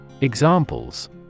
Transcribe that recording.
Examples